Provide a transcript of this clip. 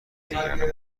دیگرمان